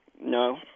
No